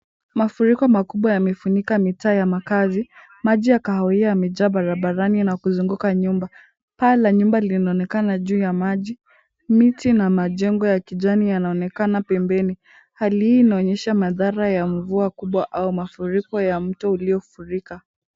Mafuriko makubwa yamefunika mitaa ya makazi. Maji ya kahawia yamejaa barabarani na kuzunguka nyumba. Paa la nyumba linaonekana juu ya maji. Miti na majengo ya kijani yanaonekana pembeni. Hali hii inaonyesha madhara ya mvua kubwa au mafuriko ya mto uliofurika.